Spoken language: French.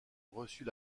reçut